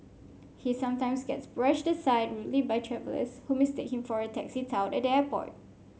he sometimes gets brushed aside rudely by travellers who mistake him for a taxi tout at the airport